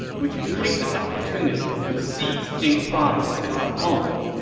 we can take this opportunity to seize jing province as our home.